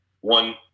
one